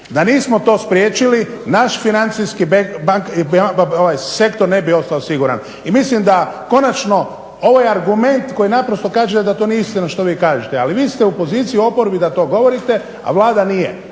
Da nismo to spriječili, naš financijski sektor ne bi ostao siguran, i mislim da konačno ovaj argument koji naprosto kaže da to nije istina što vi kažete, ali vi ste u poziciji u oporbi da to govorite, a Vlada nije.